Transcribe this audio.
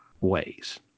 ways